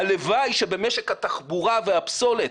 הלוואי שבמשק התחבורה והפסולת